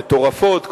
מטורפות,